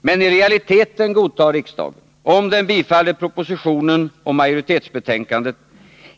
Men i realiteten godtar riksdagen, om den bifaller propositionen och förslagen i majoritetsbetänkandet,